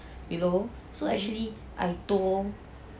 you know so actually I told